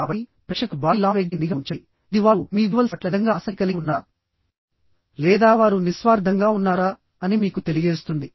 కాబట్టి ప్రేక్షకుల బాడీ లాంగ్వేజ్పై నిఘా ఉంచండి ఇది వారు మీ విజువల్స్ పట్ల నిజంగా ఆసక్తి కలిగి ఉన్నారా లేదా వారు నిస్వార్థంగా ఉన్నారా అని మీకు తెలియజేస్తుంది